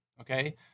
Okay